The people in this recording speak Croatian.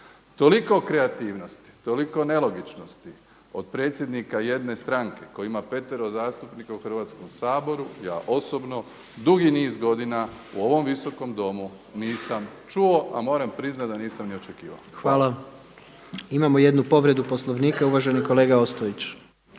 Toliko kreativnosti, toliko nelogičnosti od predsjednika jedne stranke koji ima petero zastupnika u Hrvatskom saboru ja osobno dugi niz godina u ovom Visokom domu nisam čuo, a moram priznati da nisam ni očekivao. **Jandroković, Gordan (HDZ)** Hvala. Imamo jednu povredu Poslovnika, uvaženi kolega Ostojić.